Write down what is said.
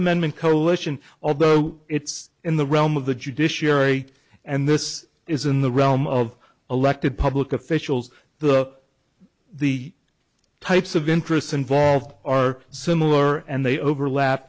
amendment coalition although it's in the realm of the judiciary and this is in the realm of elected public officials the the types of interests involved are similar and they overlap